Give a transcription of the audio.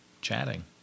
chatting